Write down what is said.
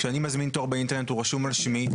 כשאני מזמין תור באינטרנט הוא רשום על שמי.